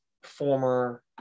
former